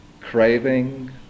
craving